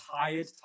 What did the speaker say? tired